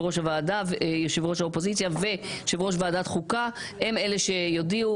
ראש האופוזיציה ויושב ראש ועדת חוקה הם אלה שיודיעו